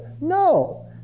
No